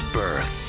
birth